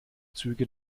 züge